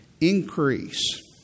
Increase